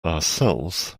ourselves